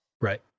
Right